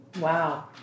Wow